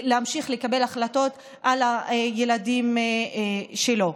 להמשיך לקבל החלטות על הילדים שלו.